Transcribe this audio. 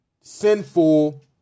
sinful